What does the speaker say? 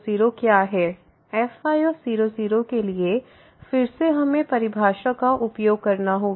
fy0 0के लिए फिर से हमें परिभाषा का उपयोग करना होगा